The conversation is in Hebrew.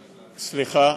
סליחה,